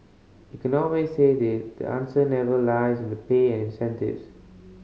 economists say the the answer never lies in the pay and incentives